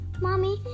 Mommy